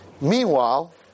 Meanwhile